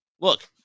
Look